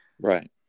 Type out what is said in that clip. Right